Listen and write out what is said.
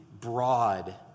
broad